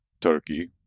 Turkey